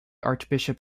archbishop